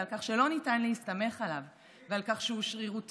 ועל כך שלא ניתן להסתמך עליו ועל כך שהוא שרירותי.